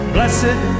Blessed